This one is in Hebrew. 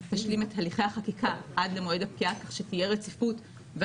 התשפ"ב 2021 (מ/1449), בכל הקריאות.